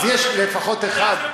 אז יש לפחות אחד,